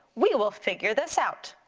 we will figure this out,